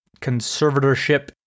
conservatorship